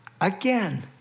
Again